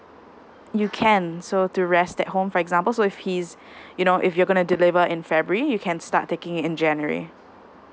you can so to rest at home for example so if he's you know if you're gonna deliver in february you can start taking it in january